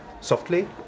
softly